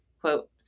quote